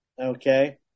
Okay